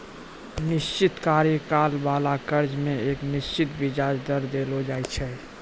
निश्चित कार्यकाल बाला कर्जा मे एक निश्चित बियाज दर देलो जाय छै